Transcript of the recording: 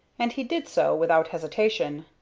and he did so without hesitation.